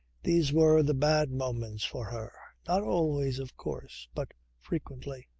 these were the bad moments for her. not always, of course, but frequently.